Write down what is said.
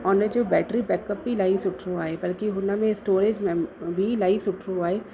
हुनजो battery backup बि इलाही सुठो आहे बल्कि हुन में स्टोरेज लैम बि इलाही सुठो आहे